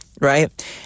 right